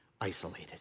isolated